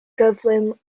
gyflym